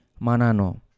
manano